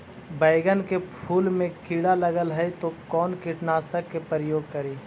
बैगन के फुल मे कीड़ा लगल है तो कौन कीटनाशक के प्रयोग करि?